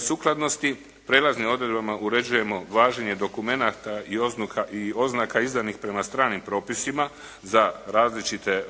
sukladnosti. Prijelaznim odredbama uređujemo važenje dokumenata i oznaka izdanih prema stranim propisima za različite